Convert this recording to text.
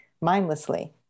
mindlessly